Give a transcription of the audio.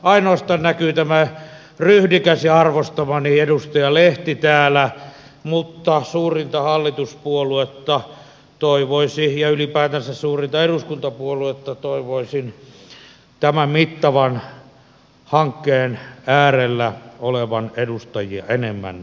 ainoastaan näkyy ryhdikäs ja arvostamani edustaja lehti täällä mutta suurimman hallituspuolueen ja ylipäätänsä suurimman eduskuntapuolueen edustajia toivoisin tämän mittavan hankkeen äärellä olevan enemmän paikalla